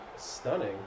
Stunning